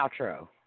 outro